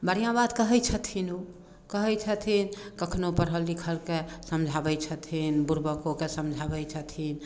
बढ़िआँ बात कहै छथिन ओ कहै छथिन कखनो पढ़ल लिखलके समझाबै छथिन बुड़बकोके समझाबै छथिन